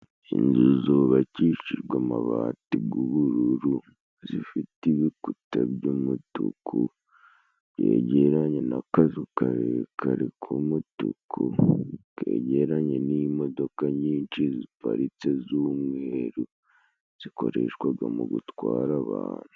Inzu zubakishijwe amabati g'ubururu, zifite ibikuta by'umutuku byegeranye n'akazu karekare k'umutuku, kegeranye n'imodoka nyinshi ziparitse z'umweru zikoreshwaga mu gutwara abantu.